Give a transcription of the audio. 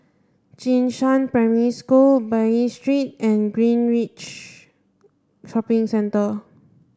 Jing Shan Primary School Bain Street and Greenridge Shopping Centre